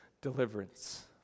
deliverance